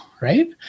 right